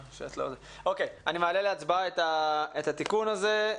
אני מעלה להצבעה את התיקון הזה.